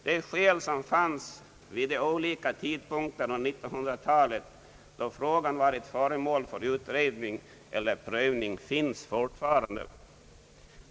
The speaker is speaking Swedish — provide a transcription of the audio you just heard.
De skäl som fanns vid de olika tidpunkterna på 1900-talet, då frågan var föremål för utredning eller prövning, finns fortfarande.